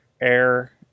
Air